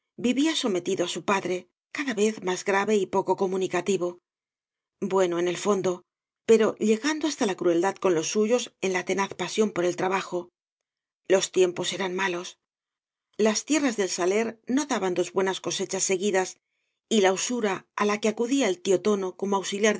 vivía sometido á su padre cada vez más grave y poco comunicativo bueno en el fondo pero llegando hasta la crueldad con los suyos en la tenaz pasión por el trabajo loa tiempos eran malo leb tierras del saler no daban dos buenas cosechas seguidas y la usura á la que acudía el tío tóai como auxiliar